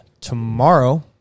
tomorrow